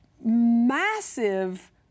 massive